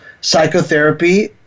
Psychotherapy